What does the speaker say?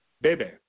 Bebe